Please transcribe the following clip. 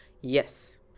yes